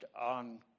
on